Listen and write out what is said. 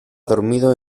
dormido